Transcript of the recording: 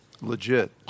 legit